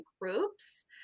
groups